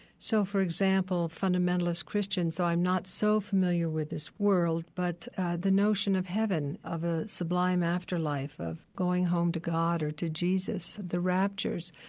so, for example, fundamentalist christians, though i'm not so familiar with this world, but the notion of heaven, of a sublime afterlife, of going home to god or to jesus, the raptures,